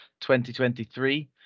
2023